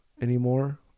anymore